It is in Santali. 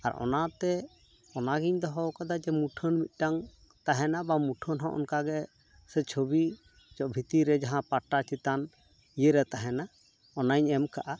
ᱟᱨ ᱚᱱᱟᱛᱮ ᱚᱱᱟᱜᱮᱧ ᱫᱚᱦᱚᱣᱟᱠᱟᱫᱟ ᱡᱮ ᱢᱩᱴᱷᱹᱱ ᱢᱤᱫᱴᱟᱝ ᱛᱟᱦᱮᱱᱟ ᱵᱟ ᱢᱩᱴᱷᱟᱹᱱ ᱦᱚᱸ ᱚᱱᱠᱟᱜᱮ ᱥᱮ ᱪᱷᱚᱵᱤ ᱪᱚ ᱵᱷᱤᱛᱤᱨ ᱨᱮ ᱡᱟᱦᱟᱸ ᱯᱟᱴᱟ ᱪᱮᱛᱟᱱ ᱤᱭᱟᱹᱨᱮ ᱛᱟᱦᱮᱱᱟ ᱚᱱᱟᱧ ᱮᱢ ᱟᱠᱟᱫᱼᱟ